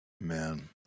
Man